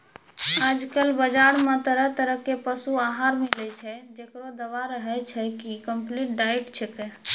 आजकल बाजार मॅ तरह तरह के पशु आहार मिलै छै, जेकरो दावा रहै छै कि कम्पलीट डाइट छेकै